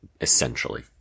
essentially